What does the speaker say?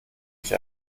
ich